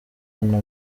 bana